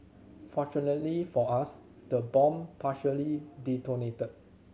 fortunately for us the bomb partially detonated